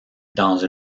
dans